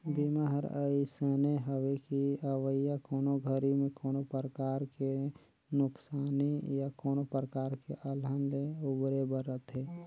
बीमा हर अइसने हवे कि अवइया कोनो घरी मे कोनो परकार के नुकसानी या कोनो परकार के अलहन ले उबरे बर रथे